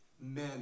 men